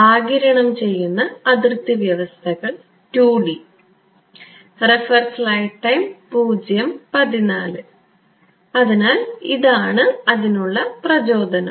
ആഗിരണം ചെയ്യുന്ന അതിർത്തി വ്യവസ്ഥകൾ 2D അതിനാൽ ഇതാണ് അതിനുള്ള പ്രചോദനം